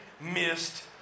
missed